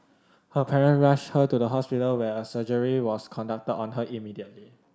her parent rushed her to the hospital where a surgery was conducted on her immediately